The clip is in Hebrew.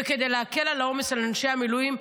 וכדי להקל על העומס של אנשי המילואים,